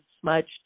smudged